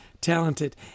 talented